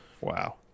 Wow